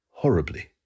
horribly